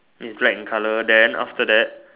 in black in color then after that